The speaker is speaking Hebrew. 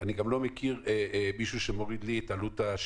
איך